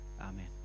amen